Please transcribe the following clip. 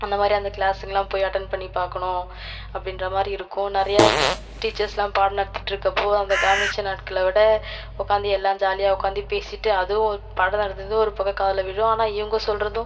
அந்தமாதிரி அந்த கிளாஸ்க்குலாம் போய் அட்டன் பண்ணி பார்க்கணும் அப்டின்ற மாதிரி இருக்கும் நிறையா டீச்சர்ஸ்லாம் பாடம் நடத்திட்டுருக்கப்போது அந்த கவனித்த நாட்களை விட உக்காந்து எல்லாரும் ஜாலியாக உக்காந்து பேசிகிட்டு அதுவும் பாடம் நடத்துறதும் ஒரு பக்கம் காதில் விழும் ஆனால் இவங்க சொல்கிறதும்